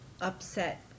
upset